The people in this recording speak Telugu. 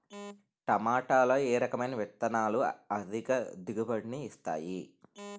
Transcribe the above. టమాటాలో ఏ రకమైన విత్తనాలు అధిక దిగుబడిని ఇస్తాయి